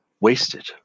wasted